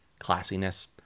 classiness